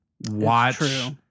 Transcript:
Watch